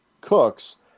cooks